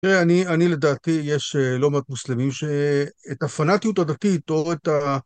תראה, אני לדעתי, יש לא מעט מוסלמים שאת הפנאטיות הדתית או את ה...